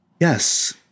Yes